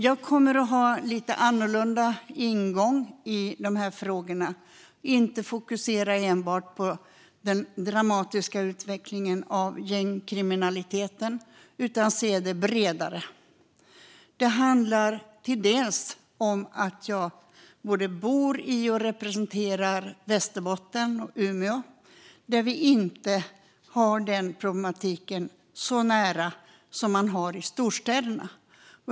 Jag kommer att ha en lite annorlunda ingång i dessa frågor och inte fokusera enbart på den dramatiska utvecklingen av gängkriminaliteten utan se på det bredare. Det handlar delvis om att jag både bor i och representerar Västerbotten och Umeå, där vi inte har denna problematik så nära som man har i storstäderna.